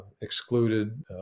excluded